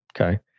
Okay